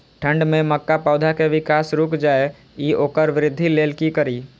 ठंढ में मक्का पौधा के विकास रूक जाय इ वोकर वृद्धि लेल कि करी?